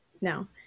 No